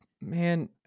Man